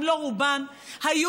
היו